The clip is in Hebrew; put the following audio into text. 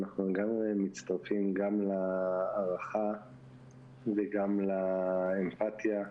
אנחנו מצטרפים גם להערכה וגם לאמפתיה,